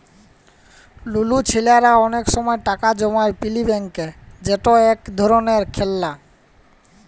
লুলু ছেইলারা অলেক সময় টাকা জমায় পিগি ব্যাংকে যেট ইক ধরলের খেললা